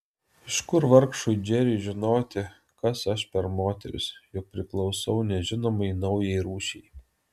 iš kur vargšui džeriui žinoti kas aš per moteris juk priklausau nežinomai naujai rūšiai